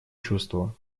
чувство